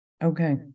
okay